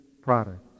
product